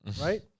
right